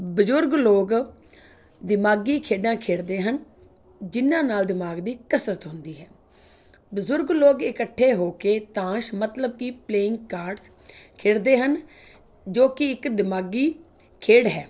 ਬਜ਼ੁਰਗ ਲੋਗ ਦਿਮਾਗੀ ਖੇਡਾਂ ਖੇਡਦੇ ਹਨ ਜਿਹਨਾਂ ਨਾਲ ਦਿਮਾਗ ਦੀ ਕਸਰਤ ਹੁੰਦੀ ਹੈ ਬਜ਼ੁਰਗ ਲੋਕ ਇਕੱਠੇ ਹੋ ਕੇ ਤਾਸ਼ ਮਤਲਬ ਕਿ ਪਲੇਇੰਗ ਕਾਰਡਸ ਖੇਡਦੇ ਹਨ ਜੋ ਕੀ ਇੱਕ ਦਿਮਾਗੀ ਖੇਡ ਹੈ